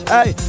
Hey